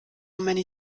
many